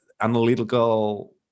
analytical